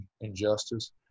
injustice